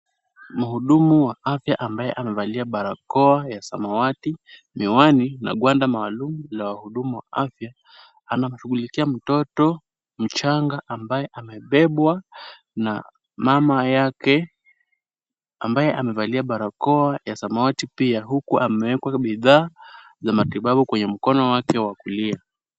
Mhudumu wa afya ambaye amevalia barakoa ya samawati, miwani na gwanda maalum la wahudumu wa afya anamshughulikia mtoto mchanga ambaye amebebwa na mama yake ambaye amevalia barakoa ya samawati pia huku amewekwa bidhaa za matibabu kwenye mkono wake wa kulia.